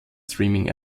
streaming